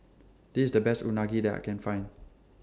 This IS The Best Unagi that I Can Find